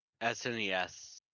SNES